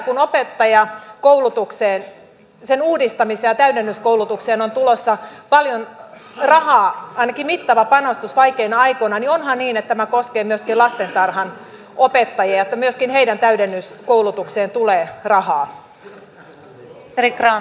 kun opettajakoulutukseen sen uudistamiseen ja täydennyskoulutukseen on tulossa paljon rahaa ainakin mittava panostus vaikeina aikoina onhan niin että tämä koskee myöskin lastentarhanopettajia että myöskin heidän täydennyskoulutukseen tulee rahaa